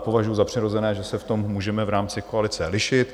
Považuju za přirozené, že se v tom můžeme v rámci koalice lišit.